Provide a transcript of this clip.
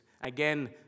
Again